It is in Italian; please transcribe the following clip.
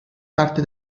parte